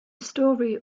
story